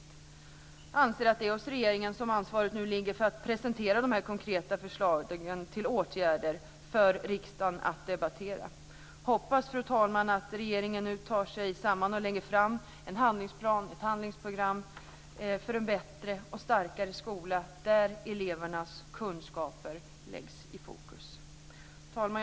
Vi anser att det är hos regeringen som ansvaret nu ligger för att presentera dessa konkreta förslag till åtgärder för riksdagen. Fru talman! Jag hoppas att regeringen nu tar sig samman och lägger fram en handlingsplan, ett handlingsprogram, för en bättre och starkare skola där elevernas kunskaper sätts i fokus. Fru talman!